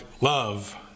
love